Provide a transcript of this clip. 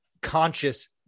conscious